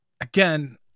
again